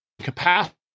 capacity